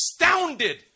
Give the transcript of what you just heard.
astounded